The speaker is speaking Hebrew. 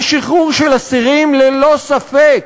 ושחרור של אסירים, ללא ספק,